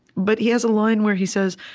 but he has a line where he says,